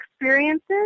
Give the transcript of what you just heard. experiences